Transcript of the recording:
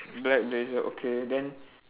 black blazer okay then